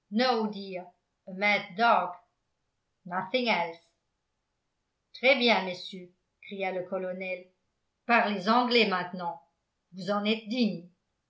très bien messieurs cria le colonel parlez anglais maintenant vous en êtes dignes